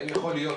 האם יכול להיות